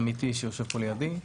עמיתי שיושב פה לידי,